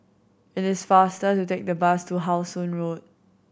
it is faster to take the bus to How Sun Road